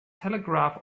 telegraph